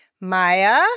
Maya